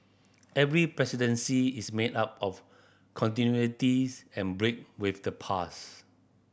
every presidency is made up of continuities and break with the past